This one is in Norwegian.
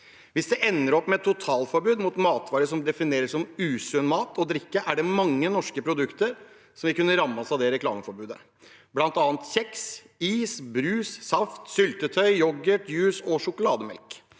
Hvis det ender opp med et totalforbud mot matvarer som defineres som usunn mat og drikke, er det mange norske produkter som vil kunne rammes av det reklameforbudet, bl.a. kjeks, is, brus, saft, syltetøy, yoghurt, juice og sjokolademelk.